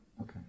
Okay